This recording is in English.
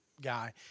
guy